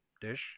dish